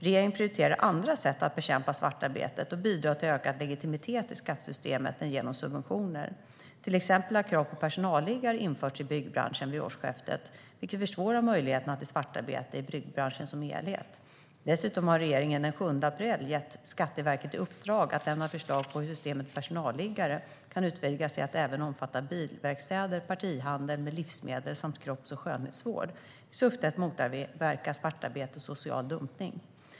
Regeringen prioriterar andra sätt att bekämpa svartarbetet och bidra till ökad legitimitet i skattesystemet än genom subventioner. Till exempel har krav på personalliggare införts i byggbranschen vid årsskiftet, vilket försvårar möjligheterna till svartarbete i byggbranschen som helhet. Dessutom har regeringen den 7 april gett Skatteverket i uppdrag att lämna förslag på hur systemet med personalliggare kan utvidgas till att omfatta även bilverkstäder, partihandel med livsmedel samt kropps och skönhetsvård, i syfte att motverka svartarbete och social dumpning.